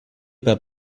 pas